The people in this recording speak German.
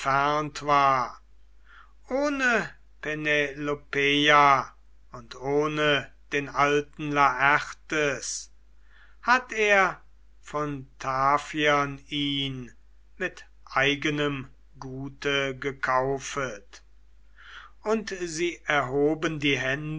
ohne penelopeia und ohne den alten laertes hatt er von taphiern ihn mit eigenem gute gekaufet und sie erhoben die hände